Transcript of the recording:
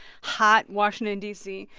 hot washington, d c,